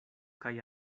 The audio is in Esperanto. kaj